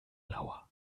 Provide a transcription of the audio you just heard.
lauer